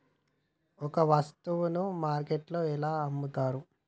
ఒక వస్తువును మార్కెట్లో ఎలా అమ్ముతరు?